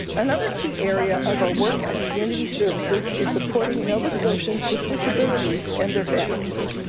another key area of our work at community services is supporting nova scotians with disabilities and their families.